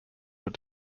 were